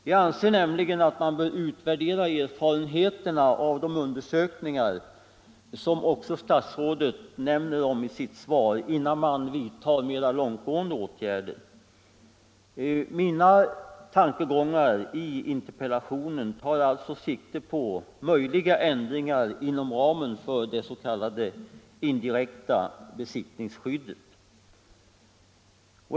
Jag anser nämligen att man bör utvärdera erfarenheterna av de undersökningar som jag förutsatt måste komma till stånd och som statsrådet också nämner om i sitt svar, innan man vidtar mera långtgående åtgärder. Mina tankegångar i interpellationen tar alltså sikte på möjliga ändringar inom ramen för det s.k. indirekta besittningsskyddet.